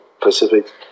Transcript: Pacific